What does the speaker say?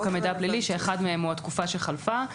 המידע הפלילי שאחד מהם הוא התקופה שחלפה,